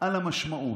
על המשמעות.